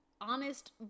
honest